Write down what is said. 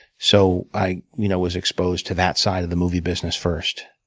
so i you know was exposed to that side of the movie business first.